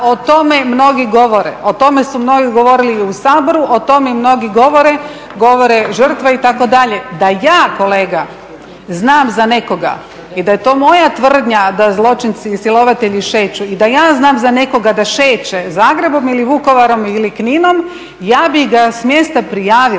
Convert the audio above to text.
o tome mnogi govore, o tome su mnogi govorili i u Saboru, o tome mnogi govore, govore žrtve itd. Da ja kolega znam za nekoga i da je to moja tvrdnja da zločinci i silovatelji šeću i da ja znam za nekoga da šeće Zagrebom ili Vukovarom ili Kninom, ja bih ga smjesta prijavila.